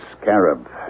scarab